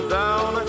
down